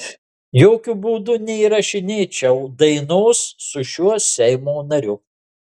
jokiu būdu neįrašinėčiau dainos su šiuo seimo nariu